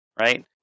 right